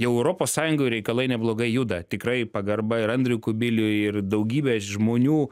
jau europos sąjungoj reikalai neblogai juda tikrai pagarba ir andriui kubiliui ir daugybę žmonių